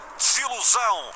desilusão